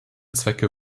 zwecke